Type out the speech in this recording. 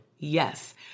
Yes